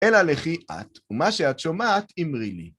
אלא לכי את, ומה שאת שומעת, אמרי לי.